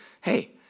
hey